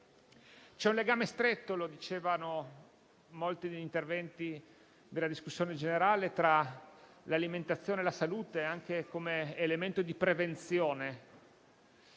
C'è un legame stretto - si è detto in molti interventi della discussione generale - tra l'alimentazione e la salute, anche come elemento di prevenzione.